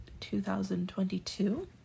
2022